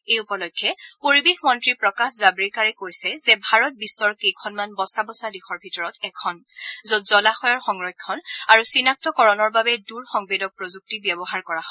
এই উপলক্ষে পৰিৱেশ মন্ত্ৰী প্ৰকাশ জাৱড়েকাৰে কৈছে যে ভাৰত বিশ্বৰ কেইখনমান বচা বচা দেশৰ ভিতৰত এখন য'ত জলাশয়ৰ সংৰক্ষণ আৰু চিনাক্তকৰণৰ বাবে দূৰ সংবেদক প্ৰযুক্তি ব্যৱহাৰ কৰা হয়